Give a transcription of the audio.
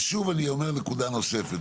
ושוב אני אומר נקודה נוספת,